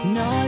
no